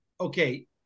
okay